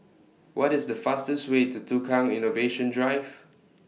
What IS The fastest Way to Tukang Innovation Drive